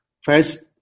first